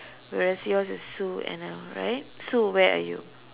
whereas yours is Sue Anna right Sue where are you